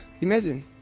imagine